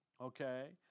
okay